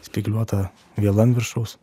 spygliuota viela ant viršaus